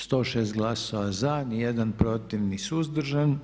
106 glasova za, nijedan protiv ni suzdržan.